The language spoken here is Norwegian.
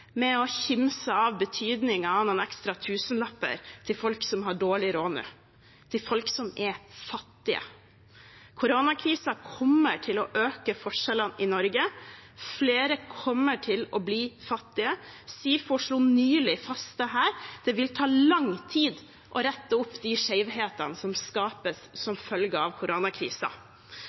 med å kimse av betydningen av noen ekstra tusenlapper til folk som har dårlig råd nå, til folk som er fattige. Koronakrisen kommer til å øke forskjellene i Norge. Flere kommer til å bli fattige. SIFO slo det nylig fast. Det vil ta lang tid å rette opp de skjevhetene som skapes som følge av